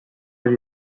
ari